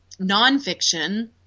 nonfiction